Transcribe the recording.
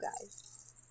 guys